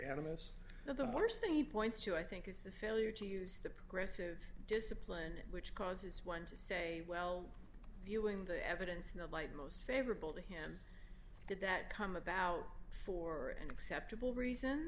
animus the worst thing he points to i think is the failure to use the progressive discipline which causes one to say well viewing the evidence in the light most favorable to him did that come about for and acceptable reasons